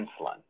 insulin